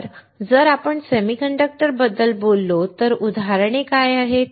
तर जर आपण सेमीकंडक्टरबद्दल बोललो तर उदाहरणे काय आहेत